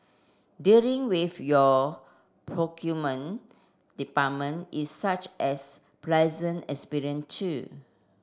dealing with your procurement department is such as pleasant experience too